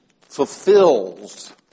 fulfills